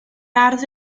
ardd